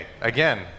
again